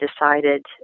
decided